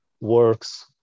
works